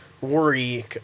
worry